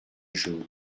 jaune